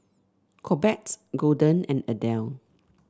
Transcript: Corbett Golden and Adele